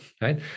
right